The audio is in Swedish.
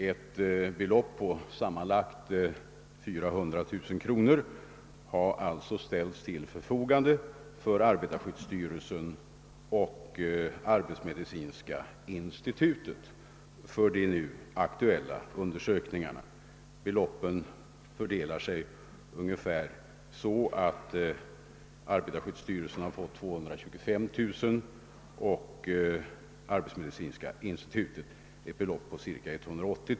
Ett belopp på sammanlagt cirka 400 000 kronor har ställts till förfogande för arbetarskyddsstyrelsen och arbetsmedicinska institutet för genomförande av undersökningarna. Beloppet fördelar sig med ungefär 225000 kronor på arbetarskyddsstyrelsen och ungefär 180 000 på arbetsmedicinska institutet.